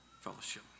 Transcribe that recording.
fellowship